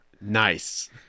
nice